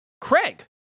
Craig